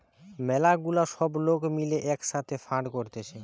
ম্যালা গুলা সব লোক মিলে এক সাথে ফান্ড করতিছে